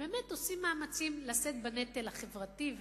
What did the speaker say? עושים מאמצים לשאת בנטל החברתי,